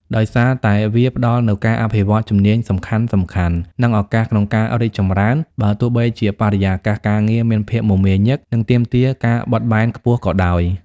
ដោយសារតែវាផ្ដល់នូវការអភិវឌ្ឍជំនាញសំខាន់ៗ និងឱកាសក្នុងការរីកចម្រើន បើទោះបីជាបរិយាកាសការងារមានភាពមមាញឹក និងទាមទារការបត់បែនខ្ពស់ក៏ដោយ។